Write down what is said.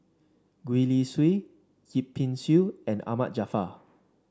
Gwee Li Sui Yip Pin Xiu and Ahmad Jaafar